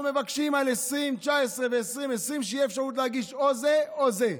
אנחנו מבקשים על 2019 ו-2020 שתהיה אפשרות להגיש או את זה או את זה,